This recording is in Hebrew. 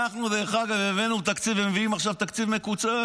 אנחנו הבאנו תקציב, ומביאים עכשיו תקציב מקוצץ.